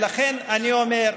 ולכן אני אומר: